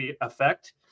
effect